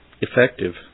effective